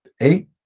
Eight